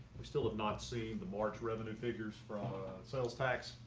we still have not seen the march revenue figures for um ah sales tax.